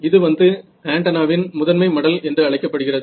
இது வந்து ஆன்டென்னாவின் முதன்மை மடல் என்று அழைக்கப்படுகிறது